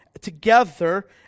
together